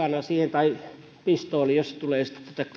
pistooli josta tulee